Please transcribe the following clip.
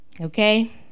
Okay